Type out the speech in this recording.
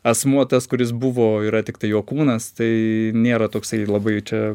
asmuo tas kuris buvo yra tiktai jo kūnas tai nėra toksai labai čia